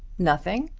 nothing?